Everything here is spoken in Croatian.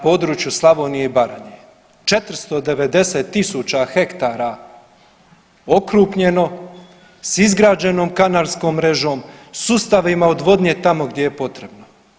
području Slavonije i Baranje 490.000 hektara okrupnjeno s izgrađenom kanalskom mrežom, sustavima odvodnje tamo gdje je potrebno.